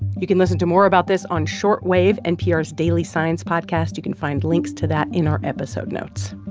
you can listen to more about this on short wave, npr's daily science podcast. you can find links to that in our episode notes